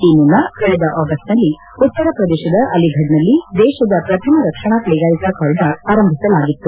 ಈ ಮುನ್ನ ಕಳೆದ ಆಗಸ್ಟ್ನಲ್ಲಿ ಉತ್ತರ ಪ್ರದೇಶದ ಅಲಿಫಢ್ನಲ್ಲಿ ದೇಶದ ಪ್ರಥಮ ರಕ್ಷಣಾ ಕೈಗಾರಿಕಾ ಕಾರಿಡಾರ್ ಆರಂಭಿಸಲಾಗಿತ್ತು